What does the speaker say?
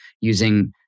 using